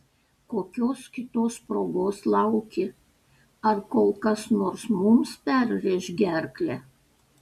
kokios kitos progos lauki ar kol kas nors mums perrėš gerklę